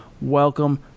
Welcome